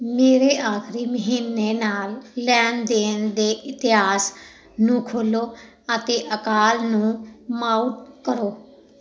ਮੇਰੇ ਆਖਰੀ ਮਹੀਨੇ ਨਾਲ ਲੈਣ ਦੇਣ ਦੇ ਇਤਿਹਾਸ ਨੂੰ ਖੋਲ੍ਹੋ ਅਤੇ ਅਕਾਲ ਨੂੰ ਮਾਊਟ ਕਰੋ